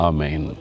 Amen